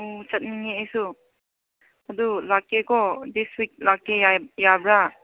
ꯑꯣ ꯆꯠꯅꯤꯡꯉꯦ ꯑꯩꯁꯨ ꯑꯗꯨ ꯂꯥꯛꯀꯦꯀꯣ ꯗꯤꯁ ꯋꯤꯛ ꯂꯥꯛꯀꯦ ꯌꯥꯕ꯭ꯔꯥ